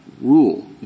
rule